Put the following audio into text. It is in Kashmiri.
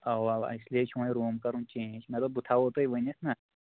اَوا اَو اس لے چھُ وَنۍ روٗم کَرُن چینٚج مےٚ دوٚپ بہٕ تھاہو تُہۍ ؤنِتھ نہ